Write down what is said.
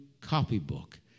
copybook